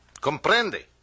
Comprende